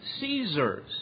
Caesar's